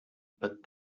but